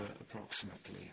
approximately